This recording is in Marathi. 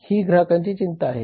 ही ग्राहकांची चिंता आहे